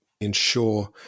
ensure